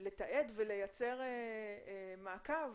לתעד ולייצר מעקב